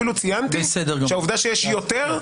אפילו ציינתי שהעובדה שיש יותר,